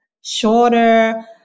shorter